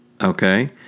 Okay